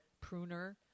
pruner